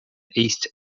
east